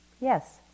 Yes